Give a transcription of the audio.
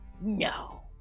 No